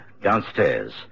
downstairs